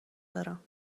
دارم